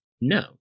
no